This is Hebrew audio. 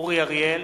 אורי אריאל,